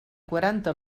quaranta